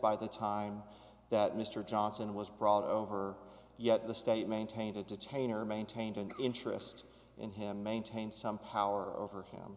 by the time that mr johnson was brought over yet the state maintain to detain or maintained an interest in him maintain some power over him